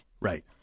Right